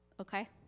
okay